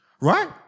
right